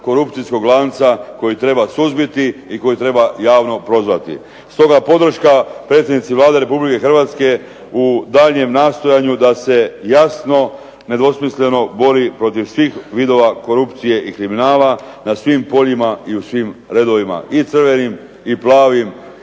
korupcijskog lanca koji treba suzbiti i koji treba javno prozvati. Stoga podrška predsjednici Vlade Republike Hrvatske u daljnjem nastojanju da se jasno, nedvosmisleno bori protiv svih vidova korupcije i kriminala na svim poljima i u svim redovima i crvenim i plavim